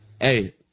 hey